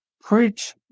preach